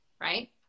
right